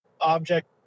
object